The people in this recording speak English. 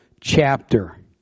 chapter